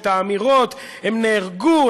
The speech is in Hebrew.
את האמירות: הם נהרגו,